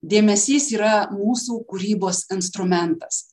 dėmesys yra mūsų kūrybos instrumentas